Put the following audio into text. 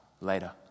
later